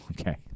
okay